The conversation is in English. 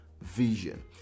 vision